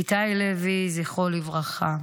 איתן לוי, זכרו לברכה,